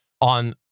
on